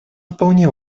вполне